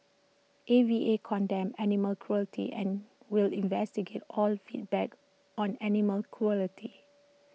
A V A condemns animal cruelty and will investigate all feedback on animal cruelty